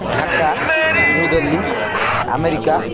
Dhaka New Delhi America